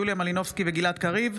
יוליה מלינובסקי וגלעד קריב,